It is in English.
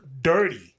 dirty